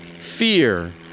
fear